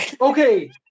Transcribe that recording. Okay